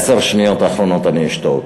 את עשר השניות האחרונות אני אשתוק,